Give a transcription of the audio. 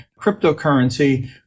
cryptocurrency